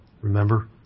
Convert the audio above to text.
Remember